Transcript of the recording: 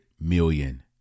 million